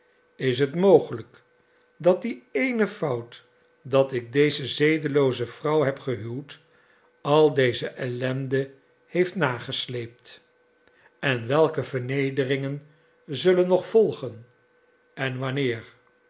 is het mogelijk dat die eene fout dat ik deze zedelooze vrouw heb gehuwd al deze ellende heeft nagesleept en welke vernederingen zullen nog volgen en wanneer